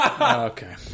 Okay